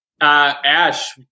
Ash